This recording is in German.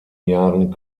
jahren